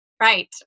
Right